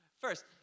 first